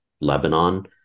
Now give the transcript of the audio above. Lebanon